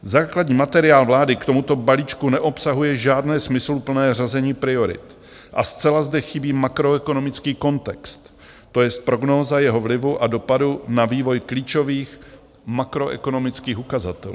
Základní materiál vlády k tomuto balíčku neobsahuje žádné smysluplné řazení priorit a zcela zde chybí makroekonomický kontext, tj. prognóza jeho vlivu a dopadu na vývoj klíčových makroekonomických ukazatelů.